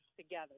together